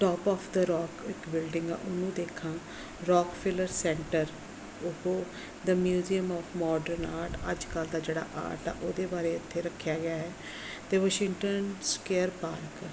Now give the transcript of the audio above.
top of ਦਾ Rock ਇੱਕ building ਆ ਉਹਨੂੰ ਦੇਖਾਂ ਰੋਕਫਿਲਰ ਸੈਂਟਰ ਉਹ the Museum of Modern Art ਅੱਜ ਕੱਲ੍ਹ ਦਾ ਜਿਹੜਾ ਆਰਟ ਆ ਉਹਦੇ ਬਾਰੇ ਇੱਥੇ ਰੱਖਿਆ ਗਿਆ ਹੈ ਅਤੇ ਵਸ਼ਿੰਗਟਨ ਸਕੇਅਰ ਪਾਰਕ